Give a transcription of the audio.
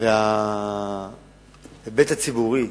וההיבט הציבורי,